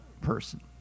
person